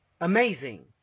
amazing